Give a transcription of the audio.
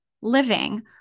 living